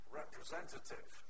representative